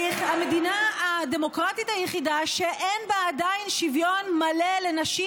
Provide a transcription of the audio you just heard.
המדינה הדמוקרטית היחידה שאין בה עדיין שוויון מלא לנשים,